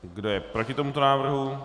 Kdo je proti tomuto návrhu?